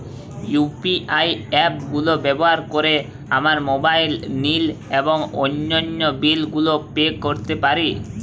UPI app গুলো ব্যবহার করে আমরা মোবাইল নিল এবং অন্যান্য বিল গুলি পে করতে পারি